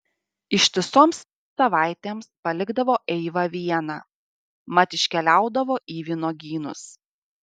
ištisoms savaitėms palikdavo eivą vieną mat iškeliaudavo į vynuogynus